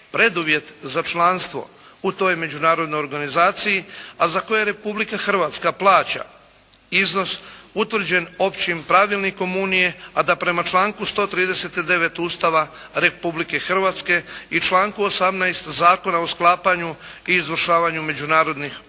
preduvjete za članstvo u toj međunarodnoj organizaciji, a za koje Republika Hrvatska plaća iznos utvrđen Općim pravilnikom Unije, a da prema članku 139. Ustava Republike Hrvatske i članku 18. Zakona o sklapanju i izvršavanju međunarodnih ugovora